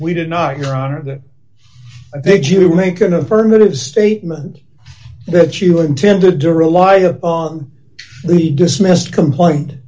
we did not your honor that i think you make an affirmative statement that you intended to rely on the dismissed complaint